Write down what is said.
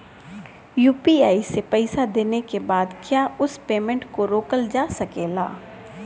UPI से पईसा देने के बाद क्या उस पेमेंट को रोकल जा सकेला?